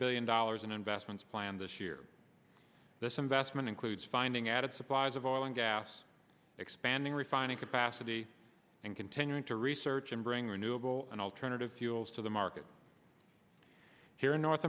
dollars in investments planned this year this investment includes finding added supplies of oil and gas expanding refining capacity and continuing to research and bring renewable and alternative fuels to the market here in north